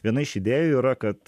viena iš idėjų yra kad